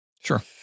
Sure